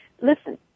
listen